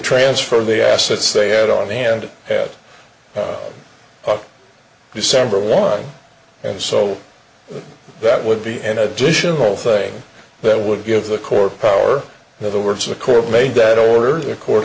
transfer the assets they had on hand as of december one and so that would be an additional thing that would give the core power in other words the court made that order the court